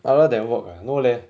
other than work ah no leh